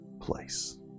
place